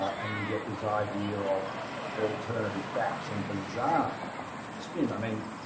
and you get this idea of alternative facts and bizarre spin. i mean,